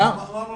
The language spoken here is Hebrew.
למה?